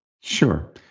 Sure